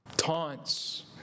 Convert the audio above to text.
Taunts